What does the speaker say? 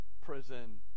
prison